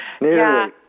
Nearly